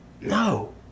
no